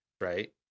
right